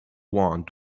wand